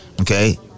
Okay